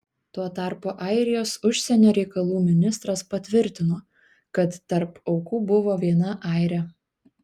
tuo tarpu airijos užsienio reikalų ministras patvirtino kad tarp aukų buvo viena airė